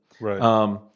Right